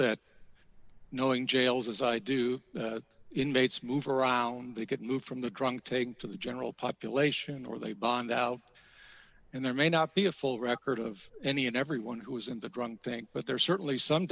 that knowing jails as i do inmates move around they get moved from the drunk take to the general population or they bond out and there may not be a full record of any and everyone who is in the drunk tank but there's certainly some